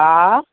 हा